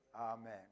Amen